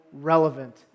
relevant